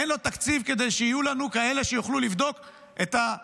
אין לו תקציב כדי שיהיו לנו כאלה שיוכלו לבדוק את מה